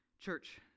Church